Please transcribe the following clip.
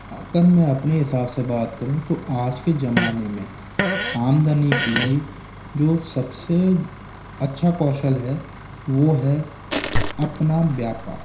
अगर मैं अपने हिसाब से बात करूँ तो आज के जमाने में आमदनी के लिए जो सब से अच्छा कौशल है वो है अपना व्यापार